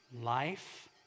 Life